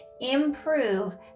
improve